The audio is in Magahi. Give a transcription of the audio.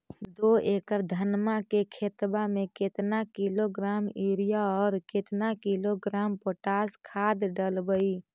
दो एकड़ धनमा के खेतबा में केतना किलोग्राम युरिया और केतना किलोग्राम पोटास खाद डलबई?